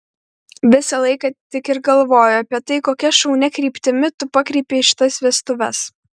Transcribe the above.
visą laiką tik ir galvoju apie tai kokia šaunia kryptimi tu pakreipei šitas vestuves